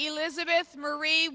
elizabeth marie